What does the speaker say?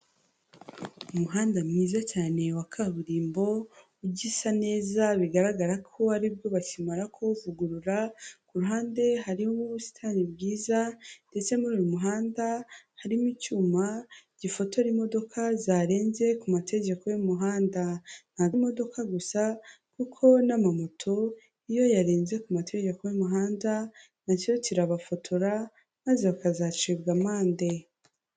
Umuhanda mwiza cyane wa kaburimbo, ugisa neza, bigaragara ko aribwo bakimara kuwuvugurura, ku ruhande hariho ubusitani bwiza ndetse muri uyu muhanda harimo icyuma gifotora imodoka zarenze ku mategeko y'umuhanda. Ntabwo ari imodoka gusa kuko n'amamoto iyo yarenze ku mategeko y'umuhanda na cyo kirabafotora, maze bakazacibwa amande.